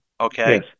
okay